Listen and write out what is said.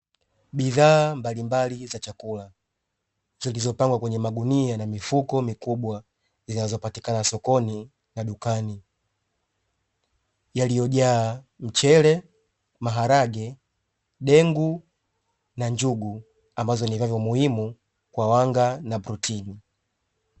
Bidhaa mbalimbali za chakula zilizopangwa kwenye magunia na mifuko mikubwa, zinazopatikana sokoni na dukani yaliyojaa mchele, maharage, dengu na njugu ambavyo ni vyanzo muhimu kwa wanga na protini.